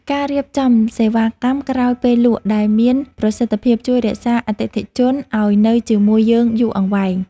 ការរៀបចំសេវាកម្មក្រោយពេលលក់ដែលមានប្រសិទ្ធភាពជួយរក្សាអតិថិជនឱ្យនៅជាមួយយើងយូរអង្វែង។។